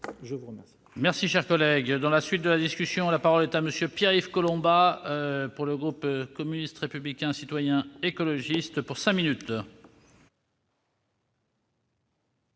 à vous remercier